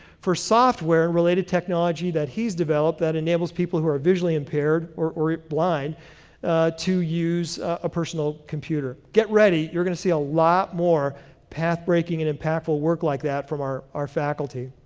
for software-related technology that he's developed that enables people who are visually impaired or or blind to use a personal computer. get ready, you're going to see a lot more path breaking and impactful work like that from our our faculty.